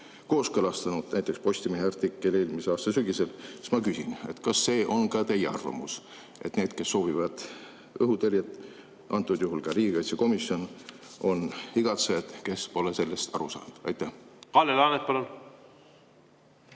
kooskõlastanud, näiteks Postimehe artikkel eelmise aasta sügisel, siis ma küsin: kas see on ka teie arvamus, et need, kes soovivad õhutõrjet, ka riigikaitsekomisjon, on igatsejad, kes pole sellest aru saanud? Kalle Laanet, palun!